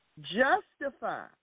Justify